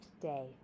day